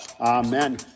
Amen